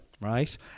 right